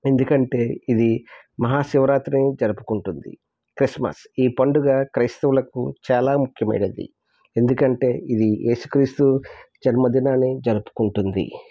ఎందుకంటే ఇది మహాశివరాత్రి జరుపుకుంటుంది క్రిస్మస్ ఈ పండుగ క్రైస్తవులకు చాలా ముఖ్యమైనది ఎందుకంటే ఇది ఏసుక్రీస్తు జన్మదినాన్ని జరుపుకుంటుంది